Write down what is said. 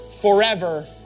forever